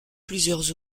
plusieurs